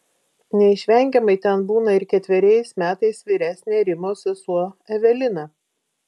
neišvengiamai ten būna ir ketveriais metais vyresnė rimos sesuo evelina